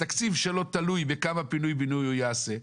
התקציב שלו תלוי בכמה פינוי-בינוי הוא יעשה.